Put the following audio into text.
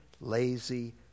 lazy